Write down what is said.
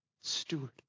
Steward